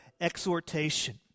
exhortation